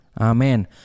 Amen